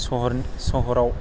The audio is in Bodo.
सहर सहराव